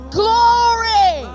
glory